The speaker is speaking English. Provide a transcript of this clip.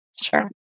Sure